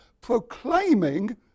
proclaiming